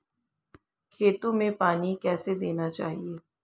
खेतों में पानी कैसे देना चाहिए?